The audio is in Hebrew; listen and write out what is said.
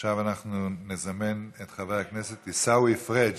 עכשיו אנחנו נזמן את חבר הכנסת עיסאווי פריג'.